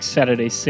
Saturday